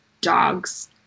dogs